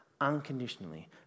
unconditionally